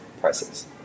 prices